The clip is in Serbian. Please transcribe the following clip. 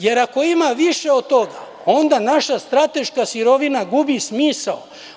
Jer, ako ima više od toga, onda naša strateška sirovina gubi smisao.